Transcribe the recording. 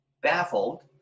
baffled